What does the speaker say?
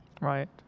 Right